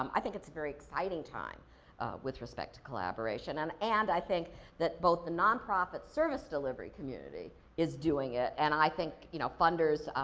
um i think it's a very exciting time with respect to collaboration um and i think that both the non-profit service delivery community is doing it and i think you know funders